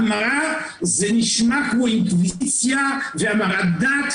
המרה זה נשמע כמו אינקוויזיציה והמרת דת,